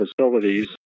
facilities